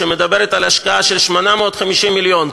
שמדברת על השקעה של 850 מיליון,